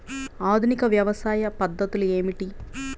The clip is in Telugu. ఆధునిక వ్యవసాయ పద్ధతులు ఏమిటి?